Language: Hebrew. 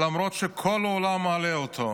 למרות שכל העולם מעלה אותו: